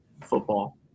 football